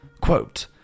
quote